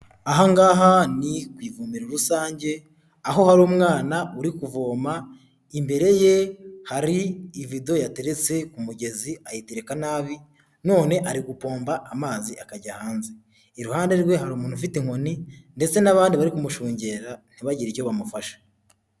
Ahangaha ni ku ivomere rusange aho hari umwana uri kuvoma imbere ye hari ivido yateretse ku mugezi ayitereka nabi none ari gupomba amazi akajya hanze, iruhande rwe hari umuntu ufite inkoni ndetse n'abandi bari kumushungera ntibagire icyo bamufasha.